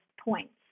points